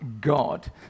God